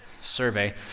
survey